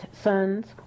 sons